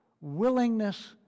willingness